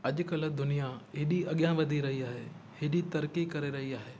अॼकल्ह दुनिया एॾी अॻियां वधी रही आहे एॾी तरकी करे रही आहे